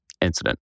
incident